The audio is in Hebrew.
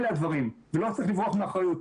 אלה הדברים ולא צריך לברוח מאחריות.